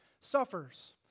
suffers